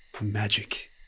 Magic